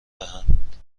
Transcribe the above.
دهند